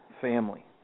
family